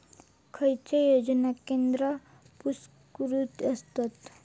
खैचे योजना केंद्र पुरस्कृत आसत?